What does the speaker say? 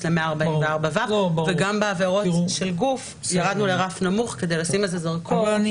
ל-144ו וגם בעבירות גוף ירדנו לרף נמוך כדי לשים זרקור.